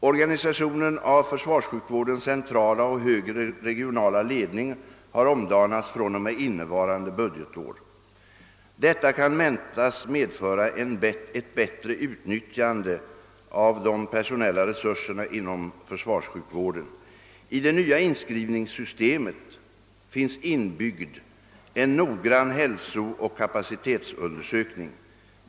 Organisationen av försvarssjukvårdens centrala och högre regionala ledning har omdanats fr.o.m. innevarande budgetår. Detta kan väntas medföra ett bättre utnyttjande av de personella resurserna inom försvarssjukvården. I det nya inskrivningssystemet finns inbyggd en noggrann hälsooch kapacitetsundersökning.